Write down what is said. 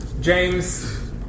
James